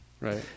Right